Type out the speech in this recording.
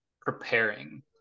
preparing